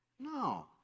No